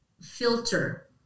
filter